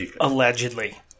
Allegedly